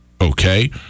okay